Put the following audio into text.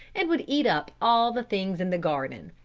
and would eat up all the things in the garden.